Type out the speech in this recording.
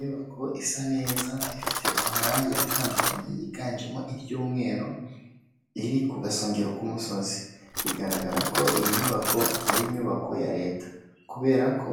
Inyubako isa neza ifite amarangi atandukanye yiganjemo iry'umweru, iri ku gasongero k'umusozi. Bigaragara ko iyi nyubako ari inyubako ya Leta. Kubera ko